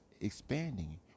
expanding